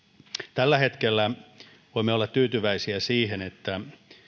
tällä hetkellä voimme olla tyytyväisiä siihen että